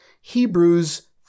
Hebrews